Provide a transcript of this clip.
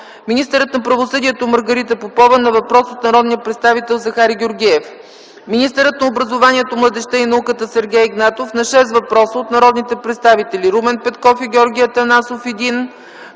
министърът на правосъдието Маргарита Попова на въпрос от народния представител Захари Георгиев; - министърът на образованието, младежта и науката Сергей Игнатов на шест въпроса от народните представители Румен Петков и Георги Атанасов – един